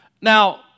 Now